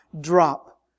drop